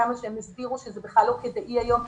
כמה שהם הסבירו שזה בכלל לא כדאי היום.